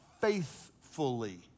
faithfully